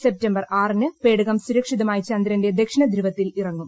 September ആറിന് പേടകം സുരക്ഷിതമായി ചന്ദ്രന്റെ ദക്ഷിണധ്രുവത്തിൽ ഇറങ്ങും